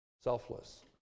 Selfless